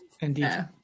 Indeed